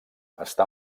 està